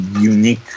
unique